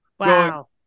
Wow